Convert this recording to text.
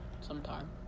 Sometime